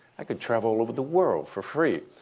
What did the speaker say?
i could travel all over the world for free.